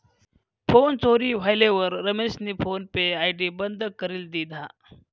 phone चोरी व्हयेलवर रमेशनी फोन पे आय.डी बंद करी दिधा